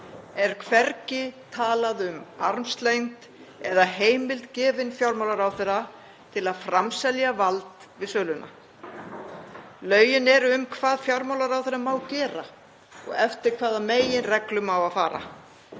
er hvergi talað um armslengd eða heimild gefin fjármálaráðherra til að framselja vald við söluna. Lögin eru um hvað fjármálaráðherra má gera og eftir hvaða meginreglum á að fara.